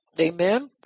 Amen